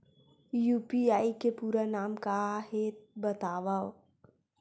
UPI के पूरा नाम का हे बतावव?